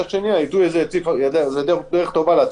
היא יודעת לעשות בקרה.